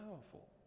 powerful